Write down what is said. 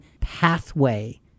pathway